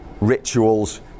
rituals